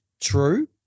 true